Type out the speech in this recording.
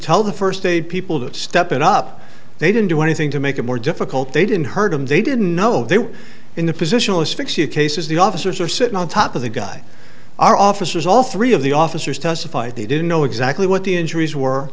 tell the first eight people that step it up they didn't do anything to make it more difficult they didn't hurt him they didn't know they were in the positional asphyxia cases the officers are sitting on top of the guy are officers all three of the officers testified they didn't know exactly what the injuries were